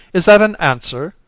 is that an answer?